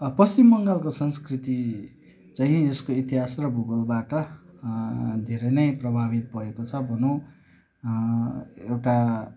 पश्चिम बङ्गालको संस्कृति चाहिँ यसको इतिहास र भूगोलबाट धेरै नै प्रभाावित भएको छ भनौँ एउटा